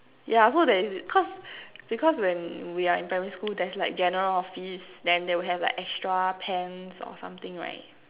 yeah so there is cause because when we are in primary school there is like general office then they will have like extra pants or something right